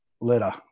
letter